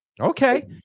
Okay